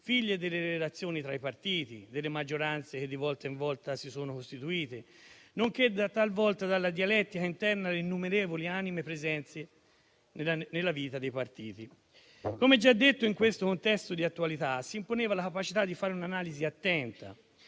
figlie delle relazioni tra i partiti, delle maggioranze che di volta in volta si sono costituite, nonché talvolta dalla dialettica interna alle innumerevoli anime presenti nella vita dei partiti. Come già detto, in questo contesto di attualità si imponeva la capacità di fare un'analisi attenta,